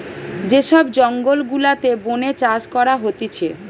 যে সব জঙ্গল গুলাতে বোনে চাষ করা হতিছে